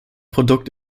produkt